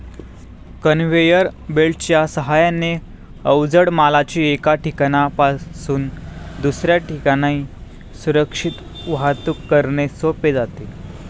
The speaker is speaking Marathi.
कन्व्हेयर बेल्टच्या साहाय्याने अवजड मालाची एका ठिकाणाहून दुसऱ्या ठिकाणी सुरक्षित वाहतूक करणे सोपे जाते